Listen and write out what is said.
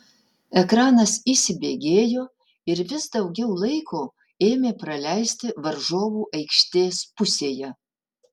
ekranas įsibėgėjo ir vis daugiau laiko ėmė praleisti varžovų aikštės pusėje